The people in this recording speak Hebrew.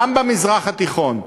גם במזרח התיכון,